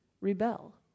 rebel